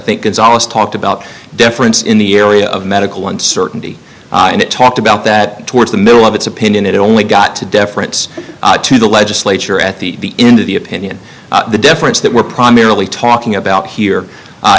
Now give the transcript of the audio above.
think it's always talked about deference in the area of medical uncertainty and it talked about that towards the middle of its opinion it only got to deference to the legislature at the end of the opinion the difference that we're primarily talking about here